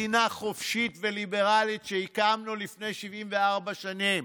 מדינה חופשית וליברלית שהקמנו לפני 74 שנים,